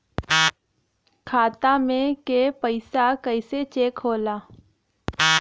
खाता में के पैसा कैसे चेक होला?